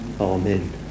amen